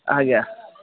ଆଜ୍ଞା